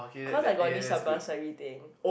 cause I got this uh bursary thing